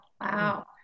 wow